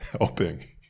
Helping